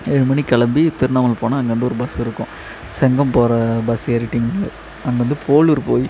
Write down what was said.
ஏழு மணிக்கு கிளம்பி திருண்ணாமலை போனால் அங்கேருந்து ஒரு பஸ் இருக்கும் செங்கம் போகிற பஸ் ஏறிட்டீங்க அங்கேருந்து போளூர் போய்